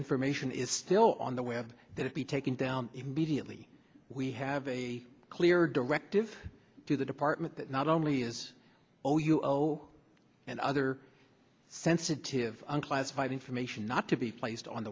information is still on the way and that it be taken down immediately we have a clear directive to the department that not only is all you owe and other sensitive and classified information not to be placed on